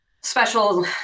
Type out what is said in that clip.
special